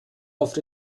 oft